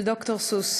של דוקטור סוס.